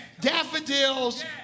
daffodils